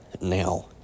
Now